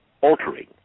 altering